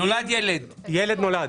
נולד ילד --- ילד נולד,